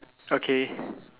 okay